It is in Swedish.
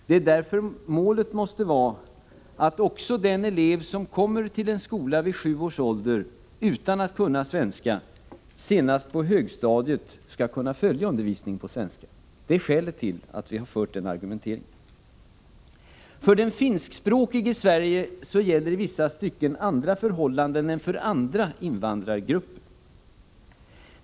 Det är därför målet måste vara att också de elever som vid sju års ålder kommer till en skola utan att kunna svenska senast på högstadiet skall kunna följa undervisning på svenska. Det är skälet till att vi fört denna argumentering. För den finskspråkige i Sverige gäller i vissa stycken andra förhållanden än för andra invandrargrupper.